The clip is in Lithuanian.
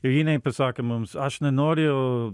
ir jinai pasakė mums aš nenoriu